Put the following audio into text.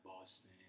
Boston